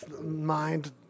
mind